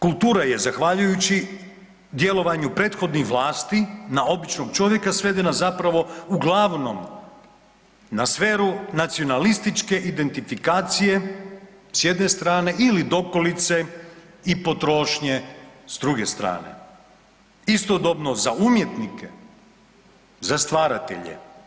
Kultura je zahvaljujući djelovanju prethodnih vlasti na običnog čovjeka svedena zapravo uglavnom na sferu nacionalističke identifikacije s jedne strane ili dokolice i potrošnje s druge strane istodobno za umjetnike, za stvaratelje.